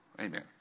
Amen